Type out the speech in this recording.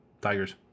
Tigers